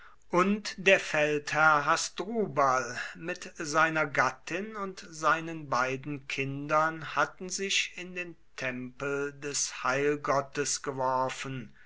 und der feldherr hasdrubal mit seiner gattin und seinen beiden kindern hatten sich in den tempel des heilgottes geworfen